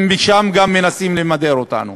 גם משם אתם מנסים למדר אותנו.